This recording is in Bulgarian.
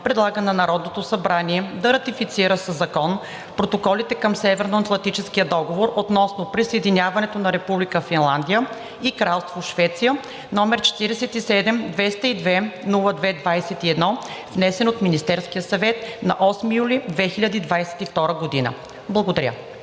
предлага на Народното събрание да ратифицира със закон Протоколите към Северноатлантическия договор относно присъединяването на Република Финландия и Кралство Швеция, № 47-202-02-21, внесен от Министерския съвет на 8 юли 2022 г.“ Благодаря.